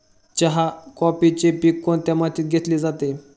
चहा, कॉफीचे पीक कोणत्या मातीत घेतले जाते?